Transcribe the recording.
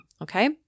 okay